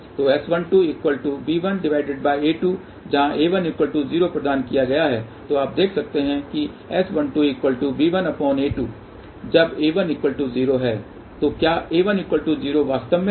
तो S12b1a2 जहाँ a10 प्रदान किया गया है तो आप देख सकते हैं कि S12b1a2 जब a10 है तो क्या a10 वास्तव में है